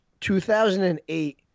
2008